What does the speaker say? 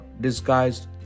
disguised